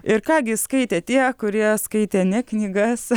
ir ką gi skaitė tie kurie skaitė ne knygas